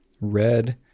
red